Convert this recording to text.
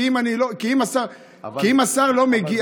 כי אם השר לא מגיע,